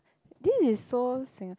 this is so Singaporean~